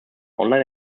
online